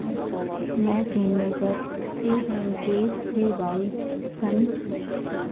मैं चेन्नई पर P M K B Y सन